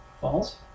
False